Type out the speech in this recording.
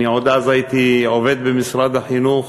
אז עוד הייתי עובד משרד החינוך,